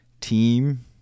team